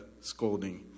scolding